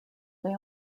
they